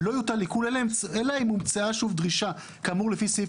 לא יוטל עיקול אלא אם הומצאה שוב דרישה כאמור לפי הוראות סעיף